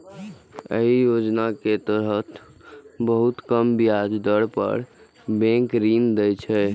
एहि योजना के तहत बहुत कम ब्याज दर पर बैंक ऋण दै छै